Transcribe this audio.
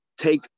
take